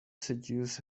seduce